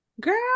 Girl